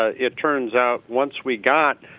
ah it turns out once we got